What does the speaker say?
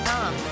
Tom